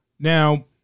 Now